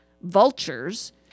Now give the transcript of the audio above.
vultures